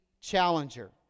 Challenger